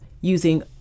using